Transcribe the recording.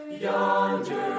yonder